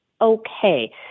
okay